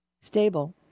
stable